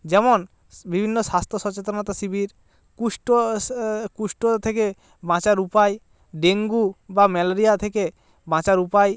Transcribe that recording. যেমনস বিভিন্ন স্বাস্থ্য সচেতনতা শিবির কুষ্ঠ কুষ্ঠ থেকে বাঁচার উপায় ডেঙ্গু বা ম্যালেরিয়া থেকে বাঁচার উপায়